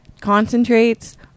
Concentrates